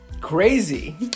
Crazy